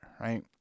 right